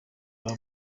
baba